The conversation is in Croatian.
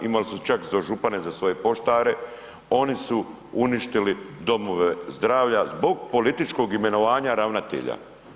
Imali su čak za župane za svoje poštare, oni su uništili domove zdravlja zbog političkog imenovanja ravnatelja.